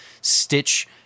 stitch